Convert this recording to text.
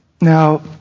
Now